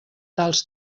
tals